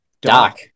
Doc